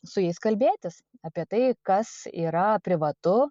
su jais kalbėtis apie tai kas yra privatu